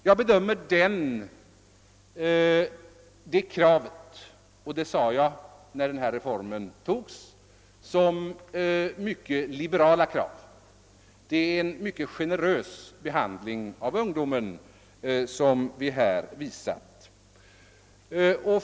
Jag bedömer det kravet — och det sade jag när denna reform togs — som mycket liberalt; det är en mycket generös behandling av den studerande ungdomen.